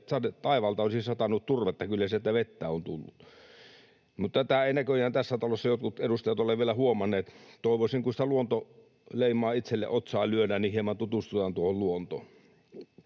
että taivaalta olisi satanut turvetta. Kyllä sieltä vettä on tullut. Mutta tätä eivät näköjään tässä talossa jotkut edustajat ole vielä huomanneet. Toivoisin, kun sitä luontoleimaa itselle otsaan lyödään, että hieman tutustutaan tuohon luontoon.